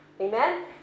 Amen